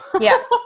Yes